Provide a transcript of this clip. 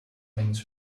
things